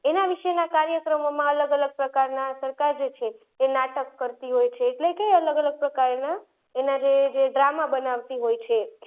એના વિશેના કાર્યક્રમોમાં અલગ અલગ પ્રકારનાં સરકાર જે છે એ નાટક કરતી હોય છે એટલે કે અલગ અલગ પ્રકારના એનાં જે જે ડ્રામા બનાવતી હોય છે